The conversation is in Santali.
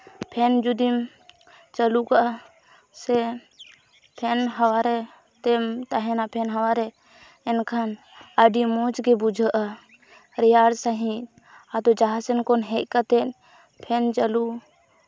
ᱯᱷᱮᱱ ᱡᱩᱫᱤᱢ ᱪᱟᱹᱞᱩ ᱠᱟᱜᱼᱟ ᱥᱮ ᱯᱷᱮᱱ ᱦᱟᱣᱟ ᱨᱮᱢ ᱛᱟᱦᱮᱱᱟ ᱯᱷᱮᱱ ᱦᱟᱣᱟᱨᱮ ᱮᱱᱠᱷᱟᱱ ᱟᱹᱰᱤ ᱢᱚᱡᱽ ᱜᱮ ᱵᱩᱡᱷᱟᱹᱜᱼᱟ ᱨᱮᱭᱟᱲ ᱥᱟᱺᱦᱤᱡ ᱟᱫᱚ ᱡᱟᱦᱟᱥᱮᱱ ᱠᱷᱚᱱ ᱦᱮᱡ ᱠᱟᱛᱮᱫ ᱯᱷᱮᱱ ᱪᱟᱹᱞᱩ